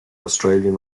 australian